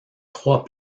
trois